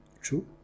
true